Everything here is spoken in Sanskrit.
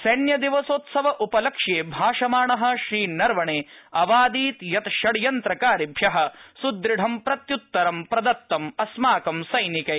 सैन्यदिवसोत्सव उपलक्ष्य भ्रिषमाण श्रीनरवण अवादीत् यत् षड्यन्त्रकारिभ्य सुदृढं प्रत्युत्तरं प्रदत्तम् अस्माकं सैनिकै